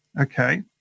okay